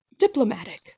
diplomatic